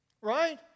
Right